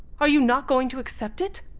are you not going to accept it?